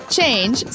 Change